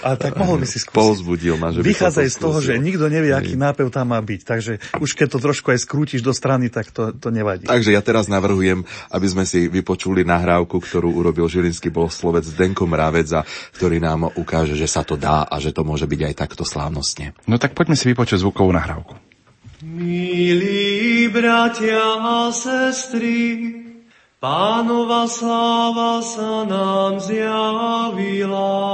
A tak mohol by si skúsiť. Povzbudil ma, že by som to Vychádzaj z toho, skúsil. že nikto nevie, aký Hej. nápev tam má byť, takže už keď to trošku aj skrútiš do strany, tak to- to nevadí. Takže ja teraz navrhujem, aby sme si vypočuli nahrávku, ktorú urobil žilinský bohoslovec Zdenko Mrávec a- ktorý nám ukáže, že sa to dá a že to môže byť aj takto slávnostne. No tak poďme si vypočuť zvukovú nahrávku. Milí bratia a sestry, Pánova sláva sa nám zjavila.